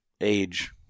age